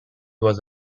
was